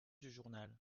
journal